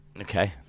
Okay